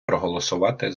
проголосувати